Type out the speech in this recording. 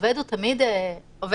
עובד הוא תמיד מטעם.